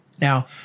Now